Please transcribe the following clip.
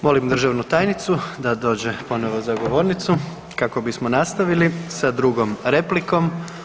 Molim državnu tajnicu da dođe ponovo za govornicu kako bismo nastavili sa drugom replikom.